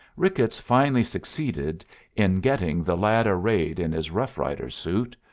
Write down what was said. ricketts finally succeeded in getting the lad arrayed in his rough-rider suit,